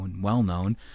well-known